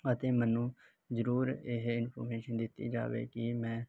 ਅਤੇ ਮੈਨੂੰ ਜ਼ਰੂਰ ਇਹ ਇਨਫੋਰਮੇਸ਼ਨ ਦਿੱਤੀ ਜਾਵੇ ਕਿ ਮੈਂ